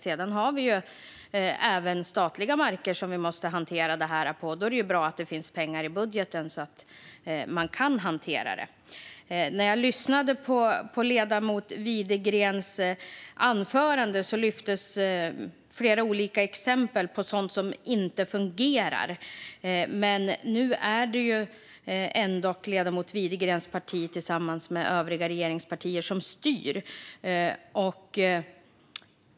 Det finns ju även statliga marker som detta måste hanteras på, och då är det ju bra att det finns pengar i budgeten så att det kan hanteras. Ledamoten Widegren tog i sitt anförande upp flera olika exempel på sådant som inte fungerar. Nu är det dock ändå ledamoten Widegrens parti, tillsammans med övriga regeringspartier, som styr.